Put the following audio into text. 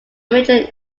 major